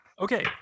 Okay